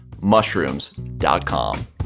mushrooms.com